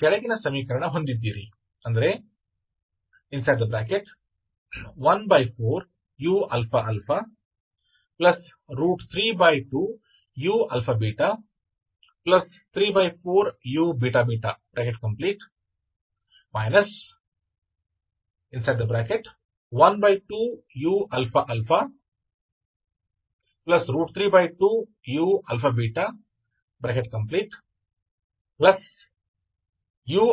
तो समीकरण बन जाता है पीडीई बन जाता है दिया गया पीडीई यह इतना सरल हो जाता है कि अब आप सरल कर सकते हैं और आप देखते हैं कि34uαα34uββ 12u 32u0 तो यह आपका कैनॉनिकल रूप है इसलिए यह है uααuββ23u23uइसलिए यह समीकरण बन जाता है यह कैनॉनिकल रूप है यह अण्डाकार कैनॉनिकल रूप है ठीक है इसलिए हमने वास्तव मेंuξη को कैनॉनिकल में टॉम से देखा है इस नए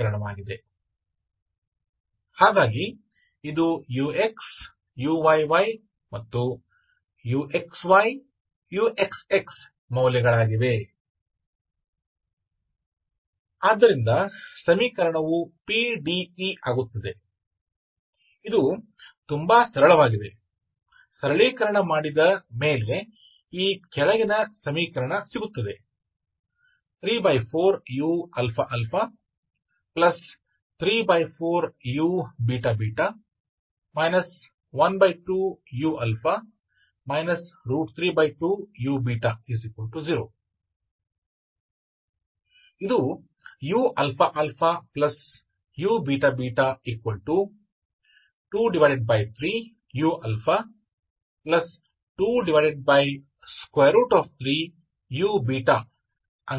चर के αβऔर वह बन जाता है यदि आप वास्तव में दो बार करते हैं तो आपको यही मिलेगा इसके बजाय आप सीधे इसमें जा सकते हैं आप सीधे xyके संदर्भ में लिख सकते हैं ठीक है